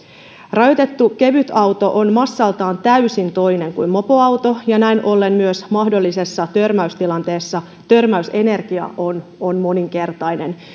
rajoitettu kevytauto on massaltaan täysin toinen kuin mopoauto ja näin ollen myös mahdollisessa törmäystilanteessa törmäysenergia on on moninkertainen